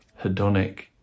hedonic